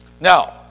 Now